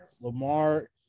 Lamar